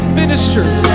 ministers